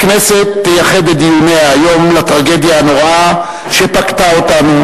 הכנסת תייחד את דיוניה היום לטרגדיה הנוראה שפקדה אותנו,